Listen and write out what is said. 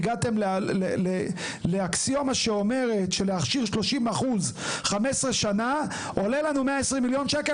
הגעתם לאקסיומה שאומרת שלהכשיר 30% 15 שנה עולה לנו 120 מיליון שקלים,